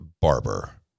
Barber